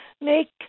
make